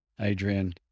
Adrian